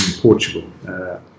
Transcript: Portugal